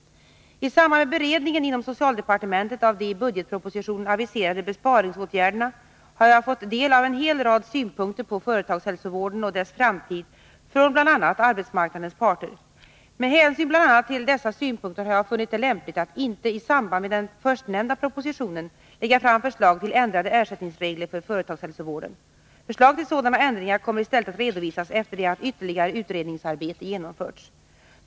I samband med beredningen inom socialdepartementet av de i budgetpropositionen aviserade besparingsåtgärderna har jag fått del av en hel rad synpunkter på företagshälsovården och dess framtid från bl.a. arbetsmarknadens parter. Med hänsyn bl.a. till dessa synpunkter har jag funnit det lämpligt att inte i samband med den förstnämnda propositionen lägga fram förslag till ändrade ersättningsregler för företagshälsovården. Förslag till sådana ändringar kommer i stället att redovisas efter det att ytterligare 145 utredningsarbete genomförts.